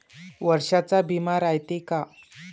वर्षाचा बिमा रायते का?